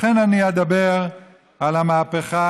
לכן אני אדבר על המהפכה,